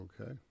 Okay